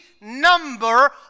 number